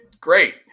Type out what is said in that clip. great